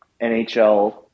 NHL